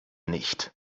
nicht